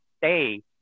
stay